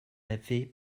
avait